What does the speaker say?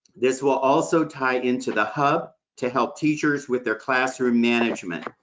this will also tie into the hub to help teachers with their classroom management.